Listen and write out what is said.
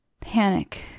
Panic